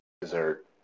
dessert